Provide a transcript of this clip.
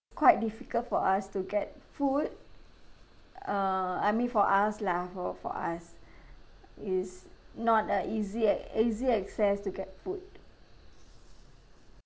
quite difficult for us to get food err I mean for us lah for for us it's not uh easy ac~ easy access to get food